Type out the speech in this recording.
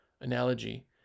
analogy